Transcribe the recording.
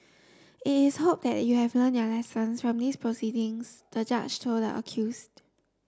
it is hoped that you have learnt your lessons from these proceedings the judge told the accused